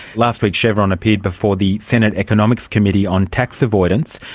last week chevron appeared before the senate economics committee on tax avoidance.